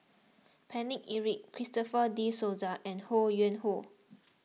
Paine Eric Christopher De Souza and Ho Yuen Hoe